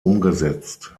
umgesetzt